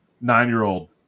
nine-year-old